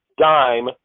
dime